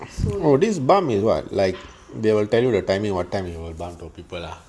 so this bump is what like they will tell you the timing what time you will bump to people ah